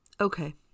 Okay